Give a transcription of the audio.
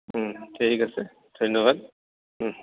ঠিক আছে ধন্যবাদ